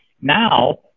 now